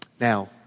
now